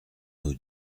nous